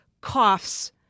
coughs